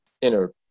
inner